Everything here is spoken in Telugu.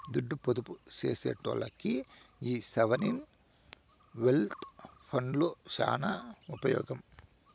దుడ్డు పొదుపు సేసెటోల్లకి ఈ సావరీన్ వెల్త్ ఫండ్లు సాన ఉపమోగం